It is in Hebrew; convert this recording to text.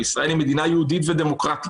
שישראל היא מדינה יהודית ודמוקרטית,